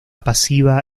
pasiva